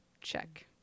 Check